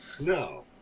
no